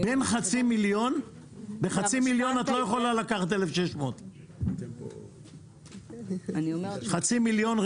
בחצי מיליון את לא יכולה לקחת 1,600. חצי מיליון,